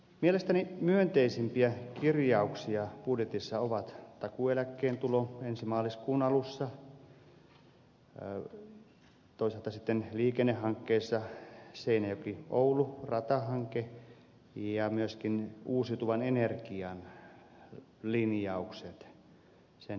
mielestäni myönteisimpiä kirjauksia budjetissa ovat takuueläkkeen tulo ensi maaliskuun alussa toisaalta sitten liikennehankkeissa seinäjokioulu ratahanke ja myöskin uusiutuvan energian linjaukset sen edistäminen